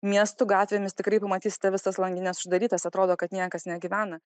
miestų gatvėmis tikrai pamatysite visas langines uždarytas atrodo kad niekas negyvena